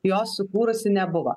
jos sukūrusi nebuvo